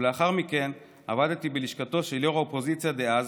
ולאחר מכן עבדתי בלשכתו של יושב-ראש האופוזיציה דאז,